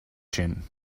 chin